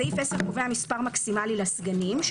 סעיף 10 קובע מס' מקסימלי לסגנים,